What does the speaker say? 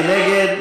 מי נגד?